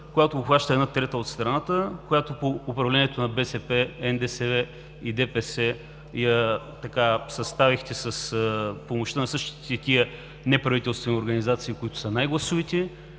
която обхваща една трета от страната, която по време на управлението на БСП, НДСВ и ДПС я съставихте с помощта на същите тези неправителствени организации, които са най-гласовити,